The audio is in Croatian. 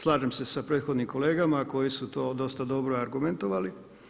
Slažem se sa prethodnim kolegama koji su to dosta dobro argumentirali.